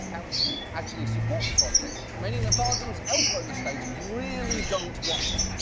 county, actually support the project, many nevadans elsewhere in the state really don't want it.